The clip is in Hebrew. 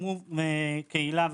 אמרו "קהילה",